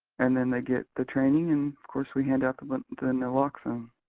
and then they get the training and, of course, we hand out the but the naloxone.